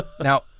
Now